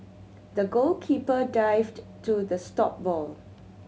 the goalkeeper dived to the stop ball